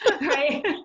Right